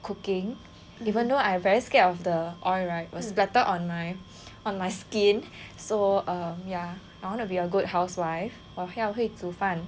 cooking even though I very scared of the oil right will spatter on my on my skin so err ya I want to be a good housewife 我要会煮饭